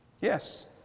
Yes